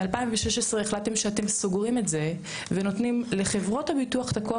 ב-2016 החלטתם שאתם סוגרים את זה ונותנים לחברות הביטוח את הכוח